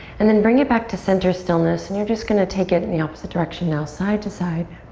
and then bring it back to center stillness and you're just gonna take it in the opposite direction now, side to side.